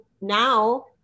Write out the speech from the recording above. now